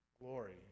glory